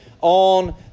on